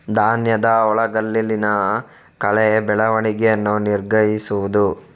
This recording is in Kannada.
ಧಾನ್ಯದ ಹೊಲಗಳಲ್ಲಿನ ಕಳೆ ಬೆಳವಣಿಗೆಯನ್ನು ನಿಗ್ರಹಿಸುವುದು